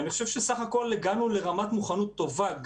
אני חושב שבסך הכול הגענו לרמת מוכנות טובה.